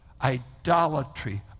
idolatry